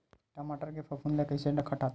टमाटर के फफूंद ल कइसे हटाथे?